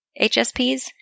HSPs